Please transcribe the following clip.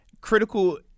Critical